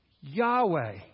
Yahweh